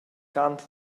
cant